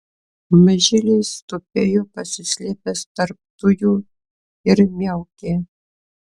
mažylis tupėjo pasislėpęs tarp tujų ir miaukė